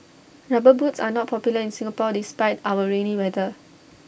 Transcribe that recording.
rubber boots are not popular in Singapore despite our rainy weather